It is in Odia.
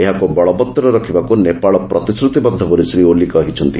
ଏହାକୁ ବଳବଭର ରଖିବାକୁ ନେପାଳ ପ୍ରତିଶ୍ରତିବଦ୍ଧ ବୋଲି ଶ୍ରୀ ଓଲି କହିଛନ୍ତି